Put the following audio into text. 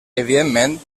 evidentment